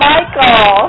Michael